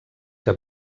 que